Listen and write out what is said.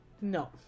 No